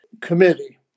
committee